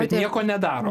bet nieko nedaro